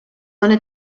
wanna